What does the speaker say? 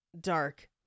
Dark